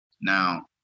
Now